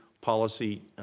policy